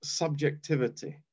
subjectivity